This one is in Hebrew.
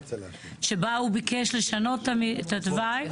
שבה הוא ביקש לשנות את התוואי?